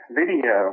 video